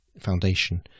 foundation